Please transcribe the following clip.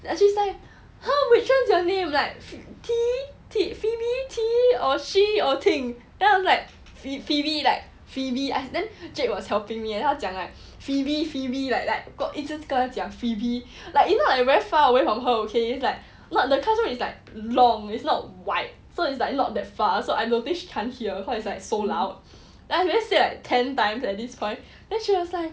then she's like !huh! which one is your name like ph~ tee t~ phoebe tee or shi or ting then I was like phoebe like phoebe then jade was helping eh 他讲 like phoebe phoebe like like 一直跟他讲 phoebe like you know like very far away from her okay it's like what the classroom is like long is not wide so it's like not that far so I don't think she can't hear cause it's like so loud and I already said like ten times at this point